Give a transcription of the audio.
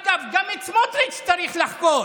אגב, גם את סמוטריץ' צריך לחקור,